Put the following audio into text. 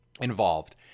involved